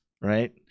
right